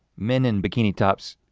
men in bikini tops,